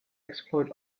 exploit